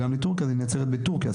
והיא נעצרת בטורקיה,